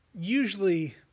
Usually